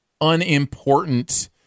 unimportant